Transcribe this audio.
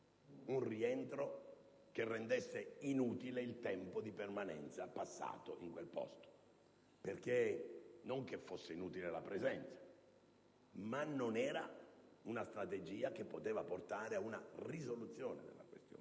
un rientro che avrebbe reso inutile il tempo di permanenza passato in quel posto. Non che fosse inutile la presenza, ma non era una strategia che potesse portare ad una risoluzione della questione.